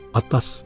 atas